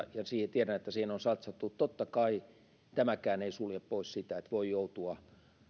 tiedän että siihen on satsattu totta kai tämäkään ei sulje pois sitä voi joutua